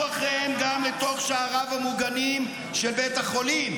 אחריהם גם לתוך שעריו המוגנים של בית החולים.